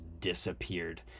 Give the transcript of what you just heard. disappeared